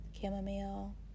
chamomile